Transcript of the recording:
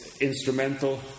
instrumental